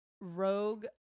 rogue